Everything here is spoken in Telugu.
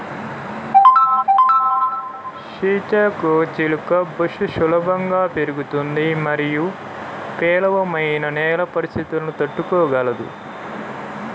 సీతాకోకచిలుక బుష్ సులభంగా పెరుగుతుంది మరియు పేలవమైన నేల పరిస్థితులను తట్టుకోగలదు